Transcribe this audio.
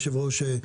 היושב-ראש,